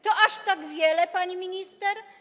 To tak wiele, pani minister?